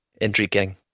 Intriguing